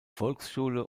volksschule